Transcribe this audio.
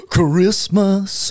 Christmas